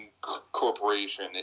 corporation